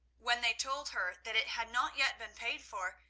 when they told her that it had not yet been paid for,